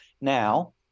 now